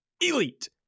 Elite